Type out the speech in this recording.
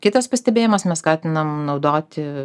kitas pastebėjimas mes skatinam naudoti